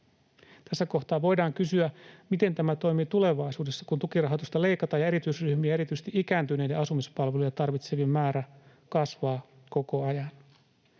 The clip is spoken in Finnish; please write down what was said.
Tässä kohtaa voidaan kysyä, miten tämä toimii tulevaisuudessa, kun tukirahoitusta leikataan ja erityisryhmien ja erityisesti ikääntyneiden asumispalveluja tarvitsevien määrä kasvaa koko ajan.